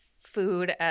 food